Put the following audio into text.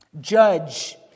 judge